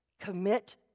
Commit